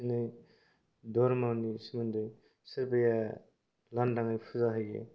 बिदिनो धर्मनि सोमोन्दै सोरबाया लानदाङै फुजा होयो